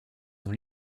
dans